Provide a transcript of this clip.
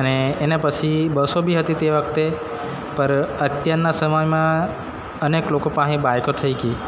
અને એના પછી બસો બી હતી તે વખતે પર અત્યારના સમયમાં અનેક લોકો પાસે બાઇકો થઈ ગઈ